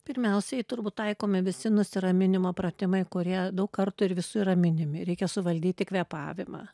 pirmiausiai turbūt taikomi visi nusiraminimo pratimai kurie daug kartų ir visų yra minimi reikia suvaldyti kvėpavimą